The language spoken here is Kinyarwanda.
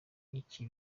iki